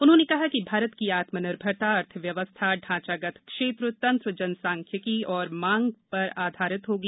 उन्होंने कहा कि भारत की आत्मनिर्भरता अर्थव्यवस्था ढांचागत क्षेत्र तंत्र जनसांख्यिकी और मांग पर आधारित होगी